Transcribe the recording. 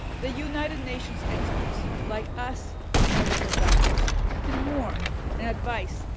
the united nations experts, like us medical doctors can warn and advise,